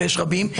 ויש רבים.